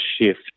shift